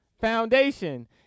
foundation